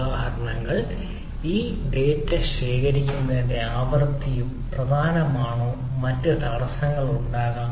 ഉദാഹരണങ്ങൾ ഈ ഡാറ്റ ശേഖരിക്കുന്നതിന്റെ ആവൃത്തിയും പ്രധാനമാണോ എന്നതിന് മറ്റ് തടസ്സങ്ങളുണ്ടാകാം